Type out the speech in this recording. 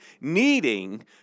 needing